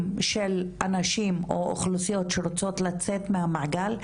של הנשים או אוכלוסיות שרוצות לצאת מהמעגל,